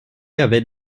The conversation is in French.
avais